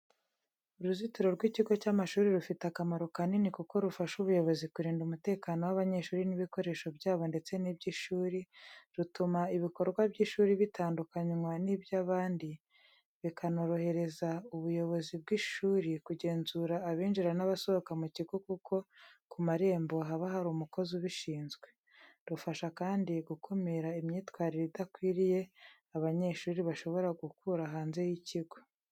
Uruzitiro rw’ikigo cy’amashuri rufite akamaro kanini kuko rufasha ubuyobozi kurinda umutekano w’abanyeshuri n’ibikoresho byabo ndetse n’iby’ishuri, rutuma ibikorwa by’ishuri bitandukanwa n’iby’abandi, bikanorohereza ubuyobozi bw'ishuri kugenzura abinjira n’abasohoka mu kigo kuko ku marembo haba hari umukozi ubishinzwe. Rufasha kandi gukumira imyitwarire idakwiriye abanyeshuri bashobora gukura hanze y’ikigo.